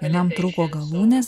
vienam trūko galūnes